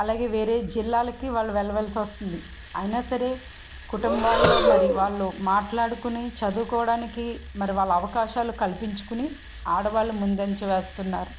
అలాగే వేరే జిల్లాలకి వాళ్ళు వెళ్ళవలసి వస్తుంది అయినా సరే కుటుంబాలలో మరి వాళ్ళు మాట్లాడుకుని చదువుకోవడానికి మరి వాళ్ళ అవకాశాలు కల్పించుకుని ఆడవాళ్ళు ముందంజ వేస్తున్నారు